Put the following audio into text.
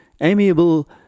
amiable